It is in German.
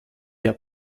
der